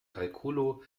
kalkulo